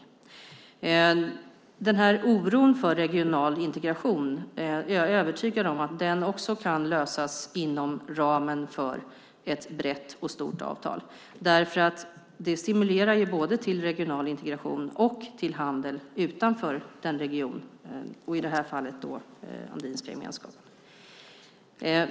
Jag är övertygad om att denna oro för regional integration också är en fråga som kan lösas inom ramen för ett brett och stort avtal därför att det stimulerar till både regional integration och handel utanför den regionen, i detta fall Andinska gemenskapen.